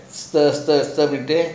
stir stir stir everything